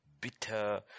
bitter